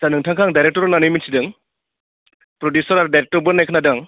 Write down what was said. आच्चा नोंथांखौ आं डायरेक्ट'र होननानै मिथिदों प्रडिउसार आरो डायरेक्ट'रबो होननाय खोनादों आं